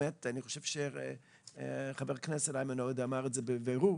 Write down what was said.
אני חושב שחבר הכנסת איימן עודה אמר את זה בבירור,